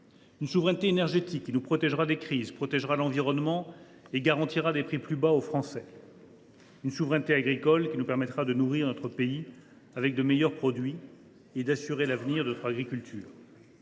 une souveraineté énergétique, qui nous préservera des crises, protégera l’environnement et garantira aux Français des prix plus bas ; une souveraineté agricole, qui nous permettra de nourrir notre pays avec les meilleurs produits et d’assurer l’avenir de notre agriculture